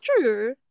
true